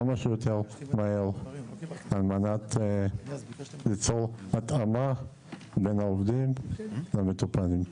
כמה שיותר מהר על מנת ליצור התאמה בין העובדים למטופלים.